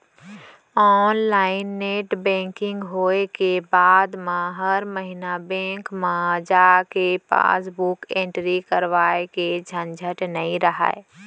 online net banking होय के बाद म हर महिना बेंक म जाके पासबुक एंटरी करवाए के झंझट नइ रहय